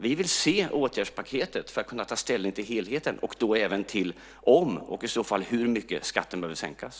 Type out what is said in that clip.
Vi vill se åtgärdspaketet för att kunna ta ställning till helheten och då även till om och, i så fall, hur mycket skatten behöver sänkas.